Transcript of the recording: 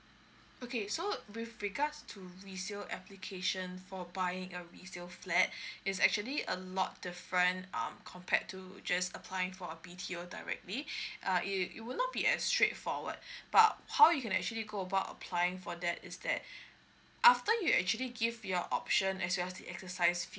okay so with regards to resale application for buying a resale flat is actually a lot different um compared to just applying for a B_T_O directly uh it it would not be as straight forward but how you can actually go about applying for that is that after you actually give your option as well as the exercise